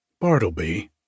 Bartleby